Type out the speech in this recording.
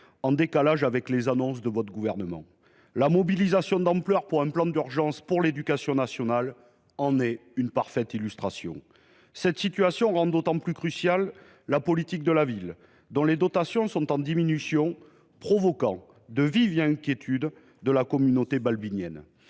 en décalage avec les annonces de votre gouvernement. La mobilisation d’ampleur pour un plan d’urgence pour l’éducation nationale en est une parfaite illustration. Cette situation rend d’autant plus cruciale la politique de la ville, dont les dotations sont en diminution, ce qui suscite de vives inquiétudes au sein de la communauté balbynienne.